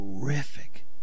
terrific